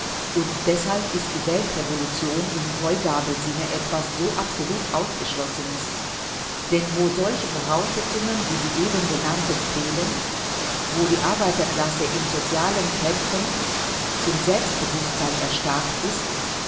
und deshalb ist die weltrevolution im heugabelsinne etwas so absolut ausgeschlossenes denn wo solche voraussetzungen wie die eben genannten fehlen wo die arbeiterklasse in sozialen kämpfen zu selbstbewußtsein erstarkt ist